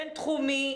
בינתחומי,